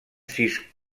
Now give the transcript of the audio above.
sis